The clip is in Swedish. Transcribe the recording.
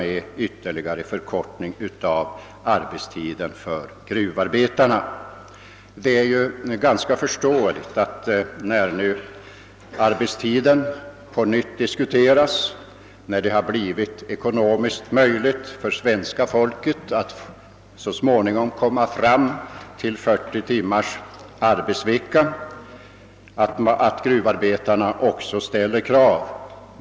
När nu arbetstiden på nytt diskuteras och det blir ekonomiskt möjligt för svenska folket att få 40 timmars arbetsvecka, är det ganska förståeligt att även gruvarbetarna ställer krav.